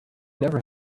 never